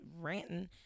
ranting